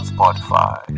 Spotify